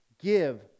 give